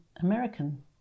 American